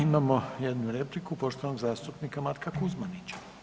Imamo jednu repliku, poštovanog zastupnika Matka Kuzmanića.